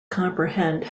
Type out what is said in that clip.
comprehend